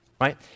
right